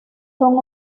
son